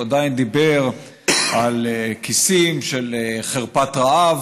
והוא דיבר על כיסים של חרפת רעב,